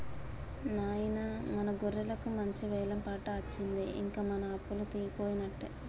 నాయిన మన గొర్రెలకు మంచి వెలం పాట అచ్చింది ఇంక మన అప్పలు పోయినట్టే